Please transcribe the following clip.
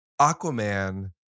Aquaman